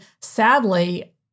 sadly